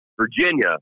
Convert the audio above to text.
Virginia